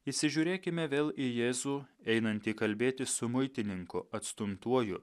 įsižiūrėkime vėl į jėzų einantį kalbėtis su muitininku atstumtuoju